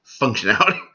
functionality